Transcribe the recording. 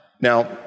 Now